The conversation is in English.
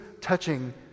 touching